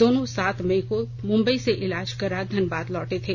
दोनों सात मई को मुंबई से इलाज करा धनबाद लौटे थे